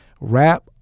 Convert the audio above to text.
rap